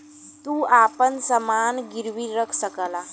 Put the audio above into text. तू आपन समान गिर्वी रख सकला